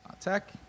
Tech